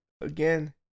again